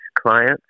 clients